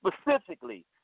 specifically